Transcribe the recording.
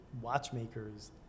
watchmakers